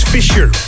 Fisher